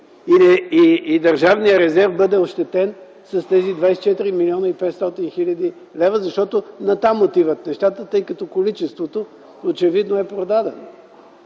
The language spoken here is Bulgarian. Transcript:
и Държавният резерв бъде ощетен с тези 24 млн. 500 хил. лв.? Натам отиват нещата, тъй като количеството очевидно е продадено.